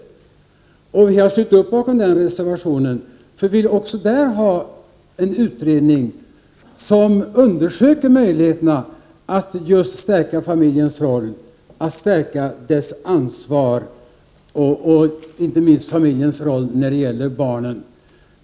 Vi moderater har ställt upp bakom den reservationen, eftersom vi också i det sammanhanget vill att en utredning skall undersöka möjligheterna just när det gäller att stärka familjens roll och dess ansvar. Inte minst handlar det om familjens roll när det gäller barnen.